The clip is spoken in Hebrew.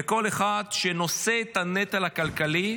כל אחד שנושא בנטל הכלכלי,